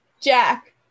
Jack